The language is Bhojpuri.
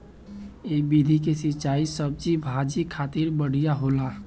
ए विधि के सिंचाई सब्जी भाजी खातिर बढ़िया होला